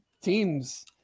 teams